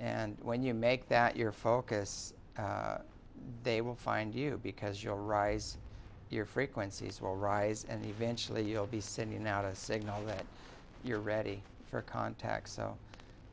and when you make that your focus they will find you because you will rise your frequencies will rise and eventually you'll be sending out a signal that you're ready for contact so